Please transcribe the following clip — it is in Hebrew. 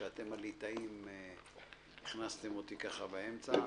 שאתם הליטאים הכנסתם אותי ככה באמצע.